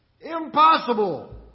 impossible